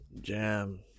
Jam